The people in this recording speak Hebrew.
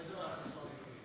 איזה מהחסונים?